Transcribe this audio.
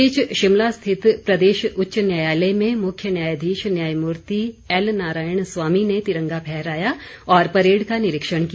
इस बीच शिमला स्थित प्रदेश उच्च न्यायालय में मुख्य न्यायाधीश न्यायमूर्ति एल नारायण स्वामी ने तिरंग फहराया और परेड का निरीक्षण किया